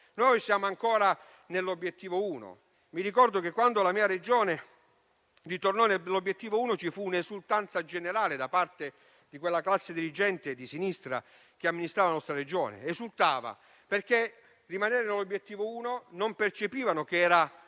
Noi siamo ancora nell'obiettivo 1. Ricordo che quando la mia Regione tornò nell'obiettivo 1 vi fu un'esultanza generale da parte di quella classe dirigente di sinistra che amministrava la nostra Regione; esultava, perché non percepiva che